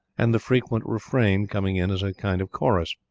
and the frequent refrain coming in as a kind of chorus.